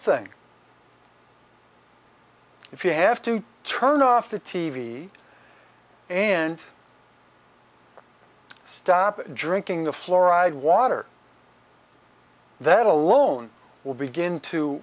thing if you have to turn off the t v and stop drinking the fluoride water that alone will begin to